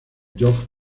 geoff